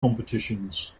competitions